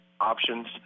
options